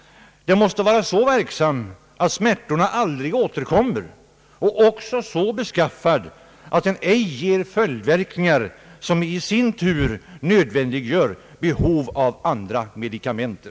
Den måste vara så verksam att smärtorna aldrig återkommer och även så beskaffad att den ej ger verkningar, som i sin tur nödvändiggör behov av andra medikamenter.